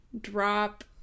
drop